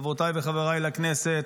חברותיי וחבריי לכנסת,